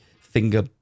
finger